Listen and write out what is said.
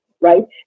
right